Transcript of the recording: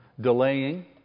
delaying